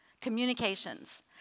Communications